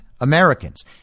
Americans